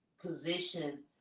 position